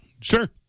Sure